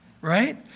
right